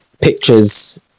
pictures